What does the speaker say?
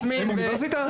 הם האוניברסיטה?